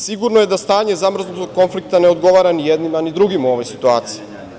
Sigurno je da stanje zamrznutog konflikta ne odgovara ni jednima, ni drugima u ovoj situaciji.